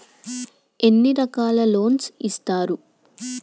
ఎన్ని రకాల లోన్స్ ఇస్తరు?